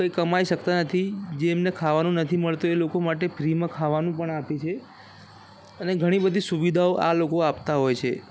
કંઈ કમાઈ શકતા નથી જેમને ખાવાનું નથી મળતું એ લોકો માટે ફ્રીમાં ખાવાનું પણ આપે છે અને ઘણી બધી સુવિધાઓ આ લોકો આપતા હોય છે